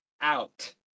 out